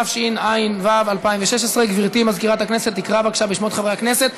התשע"ו 2016. גברתי מזכירת הכנסת תקרא בבקשה בשמות חברי הכנסת.